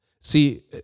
See